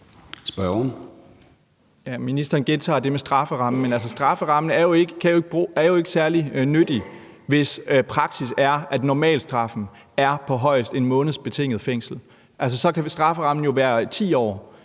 Ministeren gentager det med strafferammen, men strafferammen er jo altså ikke særlig nyttig, hvis praksis er, at normalstraffen er på højst 1 måneds betinget fængsel, for så kan strafferammen jo være på 10 år.